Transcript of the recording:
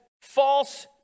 false